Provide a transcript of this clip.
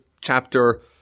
chapter